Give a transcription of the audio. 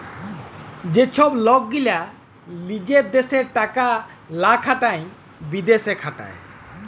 যে ছব লক গীলা লিজের দ্যাশে টাকা লা খাটায় বিদ্যাশে খাটায়